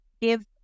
give